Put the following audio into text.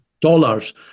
dollars